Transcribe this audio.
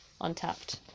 untapped